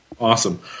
Awesome